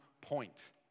point